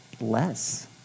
less